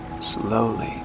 Slowly